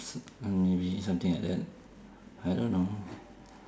mm is it something like that I don't know